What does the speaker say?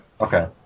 Okay